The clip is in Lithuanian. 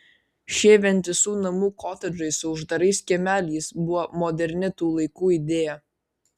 šie vientisų namų kotedžai su uždarais kiemeliais buvo moderni tų laikų idėja